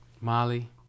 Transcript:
molly